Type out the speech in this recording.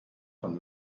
von